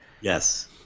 Yes